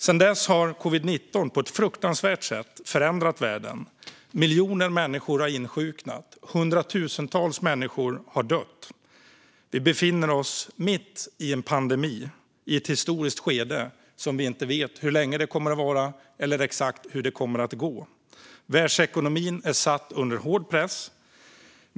Sedan dess har covid-19 på ett fruktansvärt sätt förändrat världen. Miljoner människor har insjuknat. Hundratusentals människor har dött. Vi befinner oss mitt i en pandemi i ett historiskt skede, och vi vet inte hur länge det kommer att vara eller exakt hur det kommer att gå. Världsekonomin är satt under hård press.